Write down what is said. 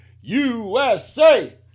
USA